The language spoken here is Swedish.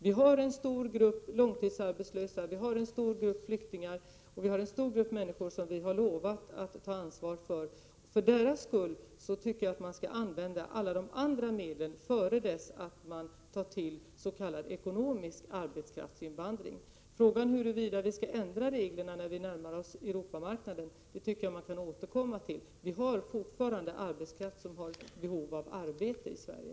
Vi har en stor grupp långtidsarbetslösa, en stor grupp flyktingar och människor vi har lovat ta ansvar för. För deras skull tycker jag att man skall använda alla de andra medel som står till buds innan man tar till s.k. ekonomisk arbetskraftsinvandring. Frågan huruvida vi skall ändra reglerna när vi närmar oss Europa-marknaden kan man återkomma till. Vi har fortfarande arbetskraft som har behov av arbete i Sverige.